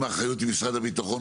אם האחריות היא משרד הביטחון,